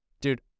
Dude